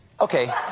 Okay